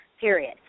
Period